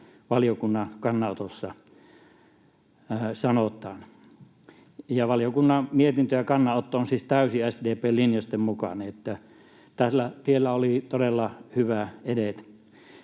valiokunnan kannanotossa sanotaan. Valiokunnan mietintö ja kannanotto ovat siis täysin SDP:n linjausten mukaiset, niin että tällä tiellä oli todella hyvä edetä.